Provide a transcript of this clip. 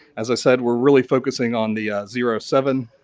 as i said we're really focusing on the zero, seven